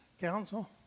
Council